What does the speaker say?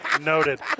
Noted